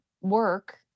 work